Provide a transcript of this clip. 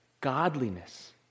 Godliness